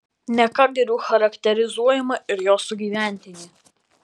ne ką geriau charakterizuojama ir jo sugyventinė